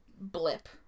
blip